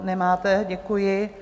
Nemáte, děkuji.